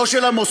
לא של המוֹסר,